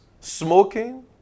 Smoking